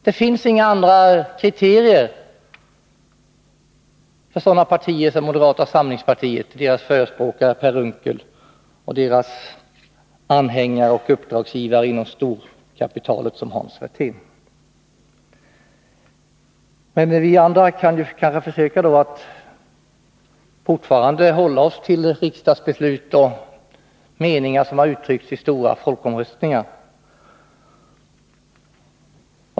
Det finns inga andra kriterier för moderata samlingspartiet, dess förespråkare Per Unckel och dess anhängare och uppdragsgivare inom storkapitalet, exempelvis Hans Werthén. Men vi andra kan kanske försöka att fortfarande hålla oss till riksdagsbeslut och meningar som har uttryckts i stora folkomröstningar.